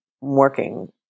working